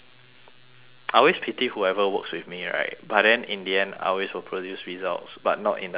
I always pity whoever works with me right but then in the end I always will produce results but not in the talking form